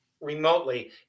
remotely